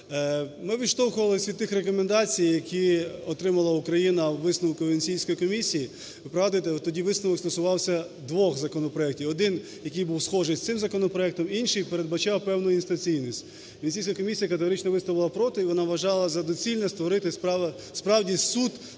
Ми відштовхувались від тих рекомендацій, які отримала Україна у висновку Венеційської комісії. Ви пригадуєте, тоді висновок стосувався двох законопроектів, один, який був схожий з цим законопроектом, інший передбачав певну інстанційність. Венеційська комісія категорично виступила проти, і вона вважала за доцільне створити справді суд двох